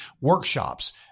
Workshops